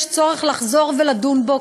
יש צורך לחזור ולדון בו,